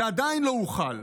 זה עדיין לא הוחל.